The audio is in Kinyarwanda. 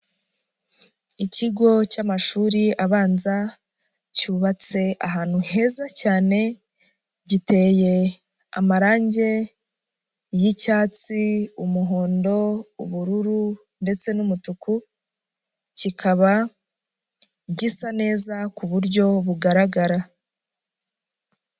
Ikigo cy'amashuri abanza cyubatse ahantu heza cyane giteye amarangi y'icyatsi, umuhondo, ubururu ndetse n'umutuku, kikaba gisa neza ku buryo bugaragara.